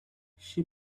she